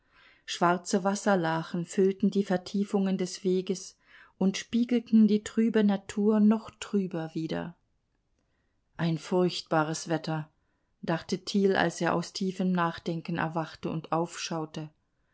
schwarze wasserlachen füllten die vertiefungen des weges und spiegelten die trübe natur noch trüber wider ein furchtbares wetter dachte thiel als er aus tiefem nachdenken erwachte und aufschaute